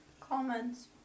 comments